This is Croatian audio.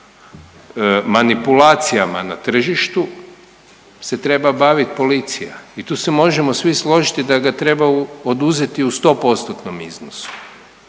manipulacijama na tržištu se treba baviti policija i tu se možemo svi složiti da ga treba oduzeti u 100%-tnom iznosu.